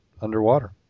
underwater